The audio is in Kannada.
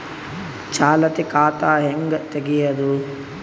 ಚಾಲತಿ ಖಾತಾ ಹೆಂಗ್ ತಗೆಯದು?